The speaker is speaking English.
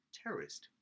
terrorist